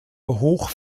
hoch